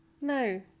no